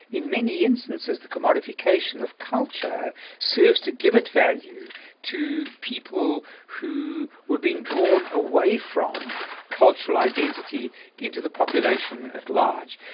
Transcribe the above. in many instances the commodification of culture serves to give it value to people who were being drawn away from cultural identity into the population at large,